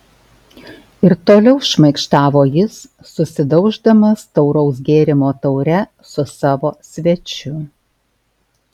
ir toliau šmaikštavo jis susidauždamas tauraus gėrimo taure su savo svečiu